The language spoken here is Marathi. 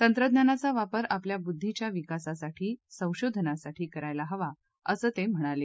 तंत्रज्ञानाचा वापर आपल्या बुद्दीच्या विकासासाठ संशोधनासाठी करायला हवां असं ते म्हणाले